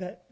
that